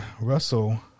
Russell